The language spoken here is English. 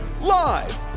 Live